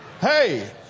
Hey